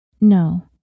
No